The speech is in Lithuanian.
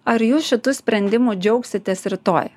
ar jūs šitu sprendimu džiaugsitės rytoj